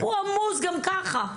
הוא עמוס גם כך.